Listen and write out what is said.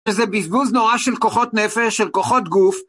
איזה בזבוז נורא של כוחות נפש, של כוחות גוף.